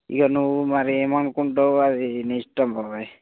ఇక నువ్వు మరి ఏమని అనుకుంటావో అది నీ ఇష్టం బాబయ్